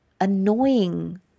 annoying